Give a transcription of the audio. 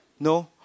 No